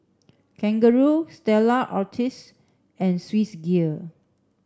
Kangaroo Stella Artois and Swissgear